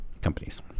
companies